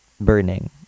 burning